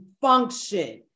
function